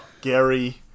Gary